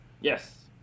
Yes